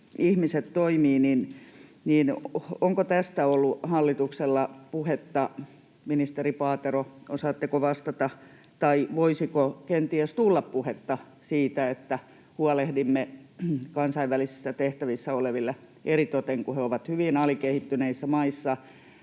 ihmiset toimivat. Onko tästä ollut hallituksella puhetta, ministeri Paatero? Osaatteko vastata? Tai voisiko kenties tulla puhetta siitä, että huolehdimme tämän kansainvälisissä tehtävissä oleville — eritoten kun he ovat hyvin alikehittyneissä maissa,